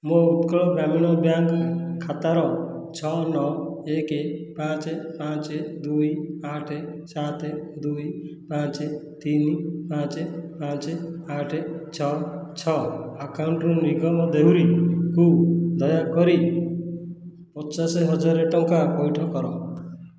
ମୋ ଉତ୍କଳ ଗ୍ରାମୀଣ ବ୍ୟାଙ୍କ ଖାତାର ଛଅ ନଅ ଏକେ ପାଞ୍ଚେ ପାଞ୍ଚେ ଦୁଇ ଆଠେ ସାତେ ଦୁଇ ପାଞ୍ଚେ ତିନି ପାଞ୍ଚେ ପାଞ୍ଚେ ଆଠେ ଛଅ ଛଅ ଆକାଉଣ୍ଟରୁ ନିଗମ ଦେଉରୀଙ୍କୁ ଦୟାକରି ପଚାଶ ହଜାର ଟଙ୍କା ପଇଠ କର